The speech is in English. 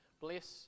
bless